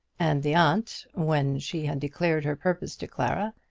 and the aunt, when she had declared her purpose to clara,